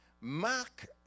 Mark